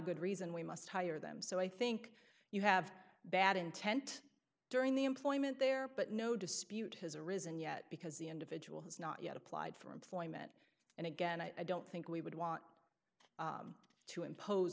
good reason we must hire them so i think you have bad intent during the employment there but no dispute has arisen yet because the individual has not yet applied for employment and again i don't think we would want to impose